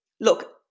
Look